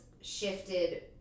shifted